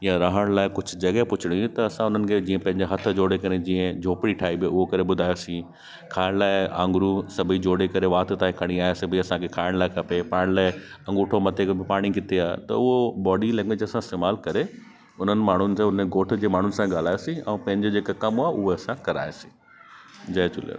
या रहण लाए कुछ जॻह पुछणी त असां उननि खे जीअं पैंजे हथ खे जोड़े करे जीअं झोपड़ी ठाई भई उओ करे ॿुधायो सी खाइण लाए आङरू सभई जोड़े करे वाति ताईं खणी आयां से भई असांखे खाइण लाए खपे पाइण लाए अंगुठो मथे खे पाणी किथे आ त उओ बॉडी लैंग्वैज असां इस्तेमाल करे उननि माण्हुनि जो उन ॻोठ जे माण्हू सां ॻाल्हायो सी अऊं पैंजे जेके कम आ उआ असां कराया सी जय झूलेलाल